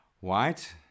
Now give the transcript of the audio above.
White